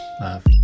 Love